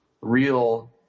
real